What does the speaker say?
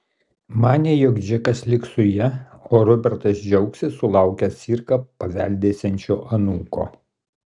manė jog džekas liks su ja o robertas džiaugsis sulaukęs cirką paveldėsiančio anūko